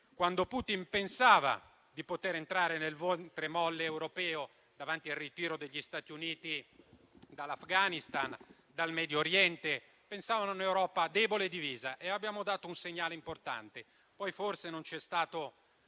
quando Putin pensava di poter entrare nel ventre molle europeo davanti al ritiro degli Stati Uniti dall'Afghanistan e dal Medio Oriente. Pensavano a un'Europa debole e divisa e abbiamo dato un segnale importante. Poi forse non c'è stato